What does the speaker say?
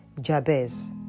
Jabez